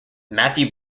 matthew